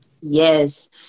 Yes